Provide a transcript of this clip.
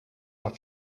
are